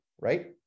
right